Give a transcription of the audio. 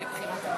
נתקבל.